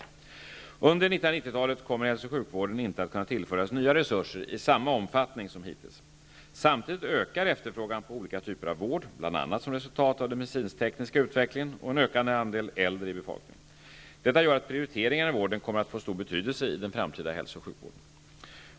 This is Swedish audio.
Under 1990-talet kommer hälso och sjukvården inte att kunna tillföras nya resurser i samma omfattning som hittills. Samtidigt ökar efterfrågan på olika typer av vård bl.a. som resultat av den medicinsk-tekniska utvecklingen och en ökande andel äldre i befolkningen. Detta gör att prioriteringar inom vården kommer att få stor betydelse i den framtida hälso och sjukvården.